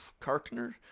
Karkner